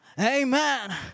Amen